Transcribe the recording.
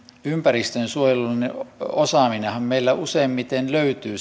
ympäristönsuojelullinen osaaminen ja monipuolinen kokemus meillä useimmiten löytyy